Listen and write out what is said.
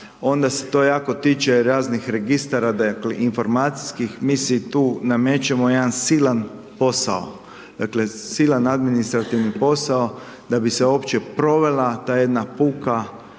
onda se to jako tiče raznih registara, dakle, informacijskih mi si tu namećemo jedan silan posao, dakle silan administrativni posao da bi se uopće provela ta jedna puka